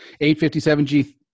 857G